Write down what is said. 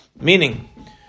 Meaning